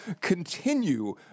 continue